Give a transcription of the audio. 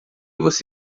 você